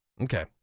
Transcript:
Okay